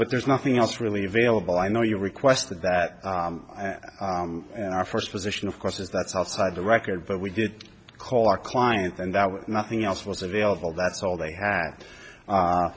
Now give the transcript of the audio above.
but there's nothing else really available i know you requested that and our first position of course is that's outside the record but we did call our client and that was nothing else was available that's all they had